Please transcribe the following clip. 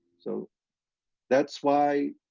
so that's why,